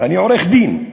אני עורך-דין,